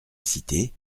cité